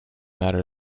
matter